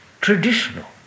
traditional